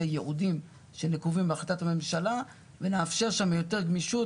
היעודים שנקובים בהחלטת הממשלה ונאפשר שם יותר גמישות.